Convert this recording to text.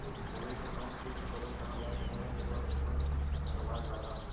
गोभी पर कवन कीट क प्रयोग करल जा सकेला जेपर फूंफद प्रभाव ज्यादा हो?